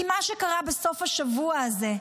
כי מה שקרה בסוף השבוע הזה,